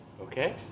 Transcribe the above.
okay